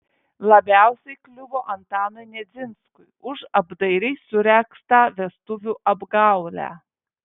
labiausiai kliuvo antanui nedzinskui už apdairiai suregztą vestuvių apgaulę